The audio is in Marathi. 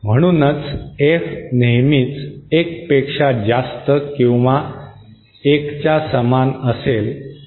म्हणूनच F नेहमीच 1 पेक्षा जास्त किंवा समान असेल 1